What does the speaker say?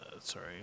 Sorry